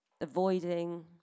avoiding